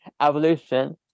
evolution